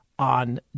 on